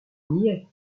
niais